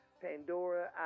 Pandora